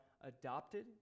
adopted